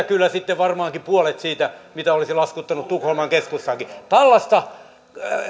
kyllä sitten varmaankin puolet siitä mitä olisi laskuttanut tukholman keskustaankin tällaista